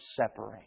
separate